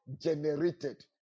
generated